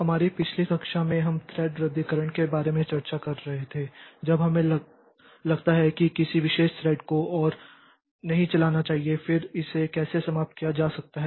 हमारी पिछली कक्षा में हम थ्रेड रद्दीकरण के बारे में चर्चा कर रहे थे जब हमें लगता है कि किसी विशेष थ्रेड को और नहीं चलाना चाहिए फिर इसे कैसे समाप्त किया जा सकता है